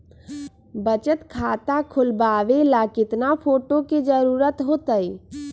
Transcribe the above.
बचत खाता खोलबाबे ला केतना फोटो के जरूरत होतई?